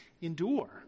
endure